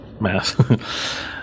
math